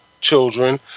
children